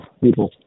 people